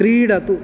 क्रीडतु